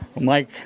Mike